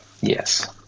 Yes